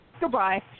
Goodbye